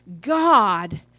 God